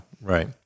right